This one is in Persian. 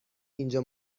اینجا